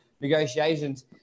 Negotiations